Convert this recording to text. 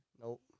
Nope